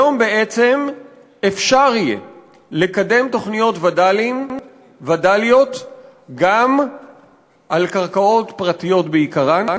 היום בעצם אפשר יהיה לקדם תוכניות וד"ליות גם על קרקעות פרטיות בעיקרן,